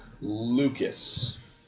Lucas